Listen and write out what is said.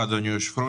אדוני היושב-ראש,